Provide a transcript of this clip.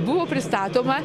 buvo pristatoma